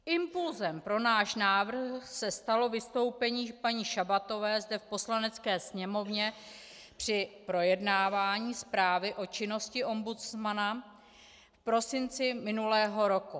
Impulsem pro náš návrh se stalo vystoupení paní Šabatové zde v Poslanecké sněmovně při projednávání zprávy o činnosti ombudsmana v prosinci minulého roku.